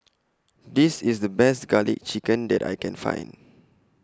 This IS The Best Garlic Chicken that I Can Find